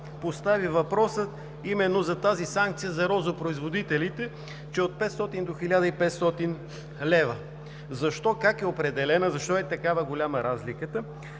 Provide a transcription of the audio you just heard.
постави въпроса именно за тази санкция за розопроизводителите от 500 до 1500 лв. защо, как е определена, защо е такава голяма разликата?